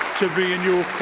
to be in your